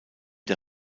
der